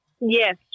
Yes